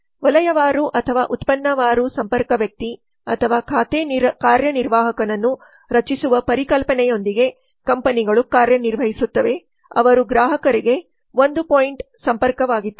ವಲಯವಾರು ಅಥವಾ ಉತ್ಪನ್ನವಾರು ಸಂಪರ್ಕ ವ್ಯಕ್ತಿ ಅಥವಾ ಖಾತೆ ಕಾರ್ಯನಿರ್ವಾಹಕನನ್ನು ರಚಿಸುವ ಪರಿಕಲ್ಪನೆಯೊಂದಿಗೆ ಕಂಪನಿಗಳು ಕಾರ್ಯನಿರ್ವಹಿಸುತ್ತವೆ ಅವರು ಗ್ರಾಹಕರಿಗೆ ಒಂದು ಪಾಯಿಂಟ್ ಸಂಪರ್ಕವಾಗಿದ್ದಾರೆ